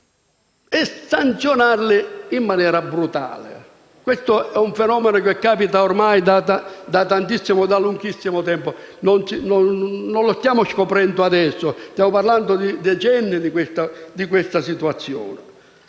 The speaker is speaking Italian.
questioni formali. Questo è un fenomeno che capita ormai da lunghissimo tempo, non lo stiamo scoprendo adesso: stiamo parlando da decenni di questa situazione.